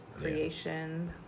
creation